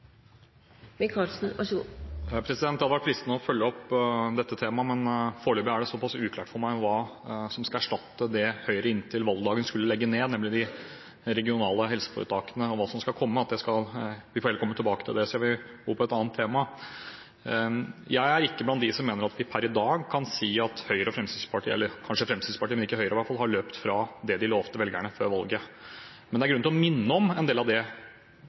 det såpass uklart for meg hva som skal erstatte det Høyre – inntil valgdagen – skulle legge ned, nemlig de regionale helseforetakene, og hva som skal komme, at vi får heller komme tilbake til det. Jeg vil over på et annet tema. Jeg er ikke blant dem som mener at vi per i dag kan si at Høyre og Fremskrittspartiet – eller kanskje Fremskrittspartiet, men ikke Høyre i hvert fall – har løpt fra det de lovte velgerne før valget. Men det er grunn til å minne om en del av det